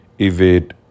evade